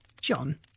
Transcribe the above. John